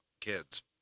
kids